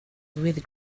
with